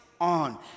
on